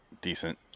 decent